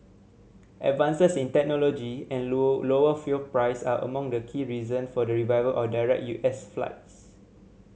advances in technology and lower fuel price are among the key reason for the revival of direct U S flights